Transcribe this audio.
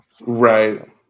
Right